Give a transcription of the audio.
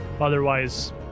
Otherwise